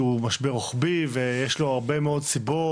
כי הוא משבר רוחבי ויש לו הרבה מאוד סיבות,